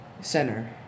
center